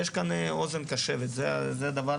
יש כאן אוזן קשבת, זה דבר